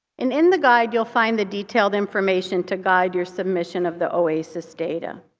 in in the guide you'll find the detailed information to guide your submission of the oasis data.